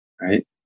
Right